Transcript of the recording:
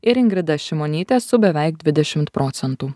ir ingrida šimonytė su beveik dvidešimt procentų